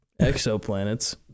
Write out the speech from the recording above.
exoplanets